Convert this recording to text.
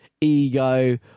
ego